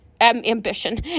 ambition